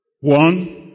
One